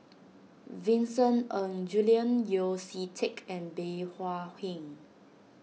Vincent Ng Julian Yeo See Teck and Bey Hua Heng